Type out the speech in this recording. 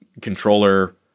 controller